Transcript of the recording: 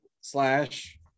slash